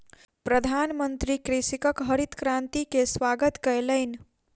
प्रधानमंत्री कृषकक हरित क्रांति के स्वागत कयलैन